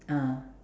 ah